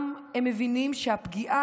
והם גם מבינים שהפגיעה,